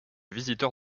visiteur